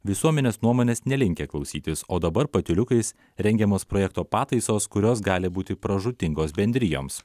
visuomenės nuomonės nelinkę klausytis o dabar patyliukais rengiamos projekto pataisos kurios gali būti pražūtingos bendrijoms